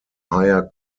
higher